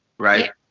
right?